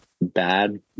bad